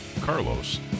Carlos